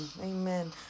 amen